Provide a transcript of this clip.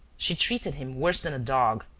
she treated him worse than a dog,